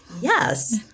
yes